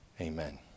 Amen